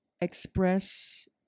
express